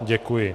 Děkuji.